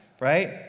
right